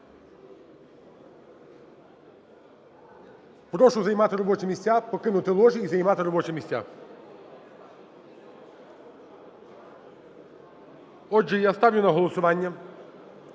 Прошу зайняти робочі місця, покинути ложі і зайняти робочі місця. Отже я ставлю на голосування